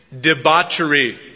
debauchery